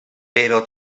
però